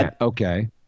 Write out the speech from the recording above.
Okay